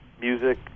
music